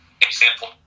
example